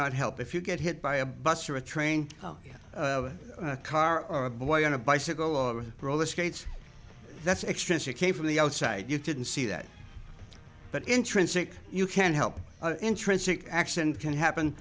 out help if you get hit by a bus or a train car or a boy on a bicycle or roller skates that's extrinsic came from the outside you didn't see that but intrinsic you can help intrinsic action can happen